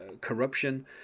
corruption